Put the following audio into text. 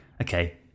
okay